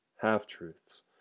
half-truths